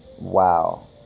Wow